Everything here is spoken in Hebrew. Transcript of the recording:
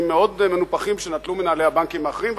מאוד מנופחים שנטלו מנהלי הבנקים האחרים,